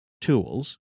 tools